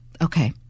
okay